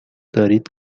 دارید